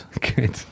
Good